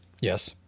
Yes